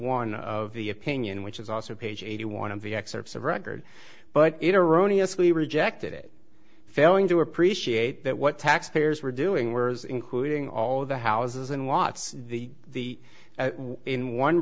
one of the opinion which is also page eighty one of the excerpts of record but we rejected it failing to appreciate that what taxpayers were doing were as including all the houses in watts the in one